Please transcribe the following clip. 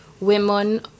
women